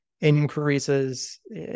increases